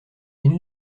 une